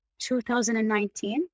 2019